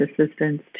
assistance